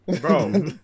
Bro